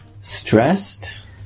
stressed